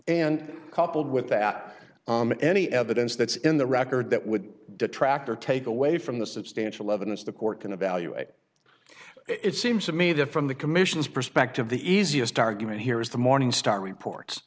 and coupled with that any evidence that's in the record that would detract or take away from the substantial evidence the court can evaluate it seems to me that from the commission's perspective the easiest argument here is the morning star reports